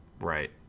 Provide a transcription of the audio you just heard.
Right